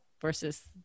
versus